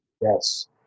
yes